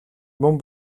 мөн